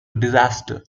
disaster